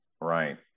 Right